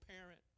parent